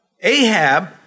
Ahab